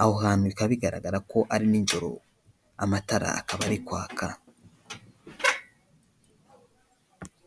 aho hantu bikaba bigaragarako ari nijoro, amatara akaba ari kwaka.